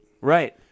Right